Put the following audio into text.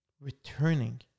Returning